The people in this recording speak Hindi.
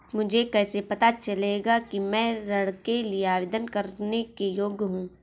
मुझे कैसे पता चलेगा कि मैं ऋण के लिए आवेदन करने के योग्य हूँ?